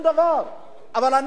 אבל אנחנו באים ואומרים: